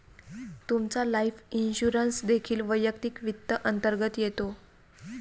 तुमचा life insurance देखील वैयक्तिक वित्त अंतर्गत येतो